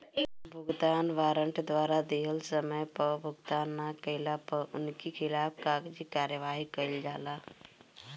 भुगतान वारंट द्वारा दिहल समय पअ भुगतान ना कइला पअ उनकी खिलाफ़ कागजी कार्यवाही कईल जाला